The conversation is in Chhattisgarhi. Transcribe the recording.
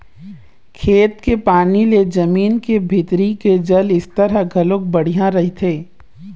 खेत के पानी ले जमीन के भीतरी के जल स्तर ह घलोक बड़िहा रहिथे